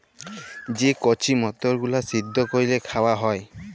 যে কঁচি মটরগুলা সিদ্ধ ক্যইরে খাউয়া হ্যয়